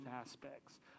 aspects